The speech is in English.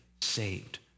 saved